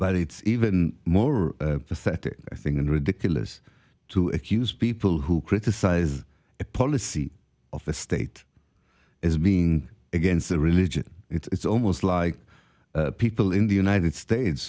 but it's even more pathetic i think and ridiculous to accuse people who criticize a policy of the state as being against the religion it's almost like people in the united states